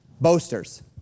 boasters